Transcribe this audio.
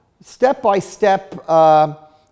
step-by-step